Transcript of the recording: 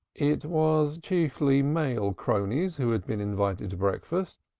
it was chiefly male cronies who had been invited to breakfast,